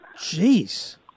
Jeez